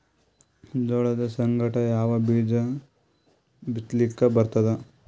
ಜೋಳದ ಸಂಗಾಟ ಯಾವ ಬೀಜಾ ಬಿತಲಿಕ್ಕ ಬರ್ತಾದ?